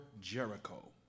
Jericho